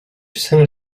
saint